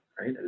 right